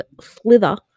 slither